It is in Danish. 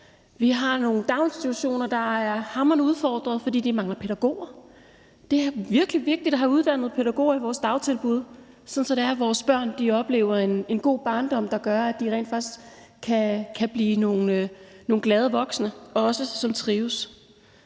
Vi har nogle daginstitutioner, der er hamrende udfordrede, fordi de mangler pædagoger, og det er virkelig vigtigt at have uddannede pædagoger i vores dagtilbud, sådan at vores børn oplever en god barndom, der gør, at de rent faktisk også kan blive nogle glade voksne, som trives.